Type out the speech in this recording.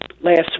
last